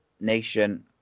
Nation